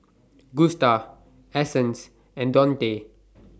Gusta Essence and Dontae